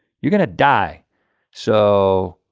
you're gonna die so